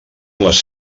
les